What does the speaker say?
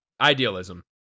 idealism